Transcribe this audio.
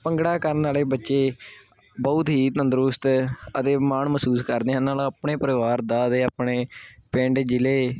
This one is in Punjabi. ਭੰਗੜਾ ਕਰਨ ਵਾਲੇ ਬੱਚੇ ਬਹੁਤ ਹੀ ਤੰਦਰੁਸਤ ਅਤੇ ਮਾਣ ਮਹਿਸੂਸ ਕਰਦੇ ਹਨ ਨਾਲ ਆਪਣੇ ਪਰਿਵਾਰ ਦਾ ਅਤੇ ਆਪਣੇ ਪਿੰਡ ਜ਼ਿਲ੍ਹੇ